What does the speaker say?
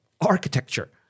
architecture